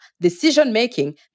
decision-making